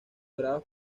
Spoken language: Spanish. grados